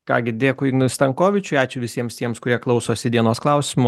ką gi dėkui ignui stankovičiui ačiū visiems tiems kurie klausosi dienos klausimų